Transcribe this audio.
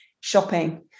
shopping